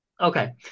okay